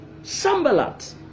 Sambalat